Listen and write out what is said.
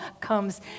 comes